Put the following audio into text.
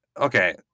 Okay